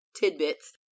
tidbits